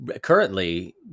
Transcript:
currently